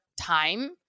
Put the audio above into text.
time